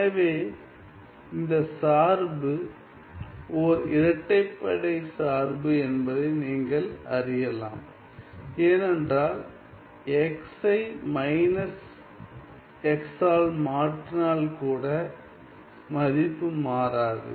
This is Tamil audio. எனவே இந்த சார்பு ஓர் இரட்டைப்படை சார்பு என்பதை நீங்கள் அறியலாம் ஏனென்றால் x ஐ மைனஸ் x ஆல் மாற்றினால் கூட மதிப்பு மாறாது